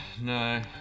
No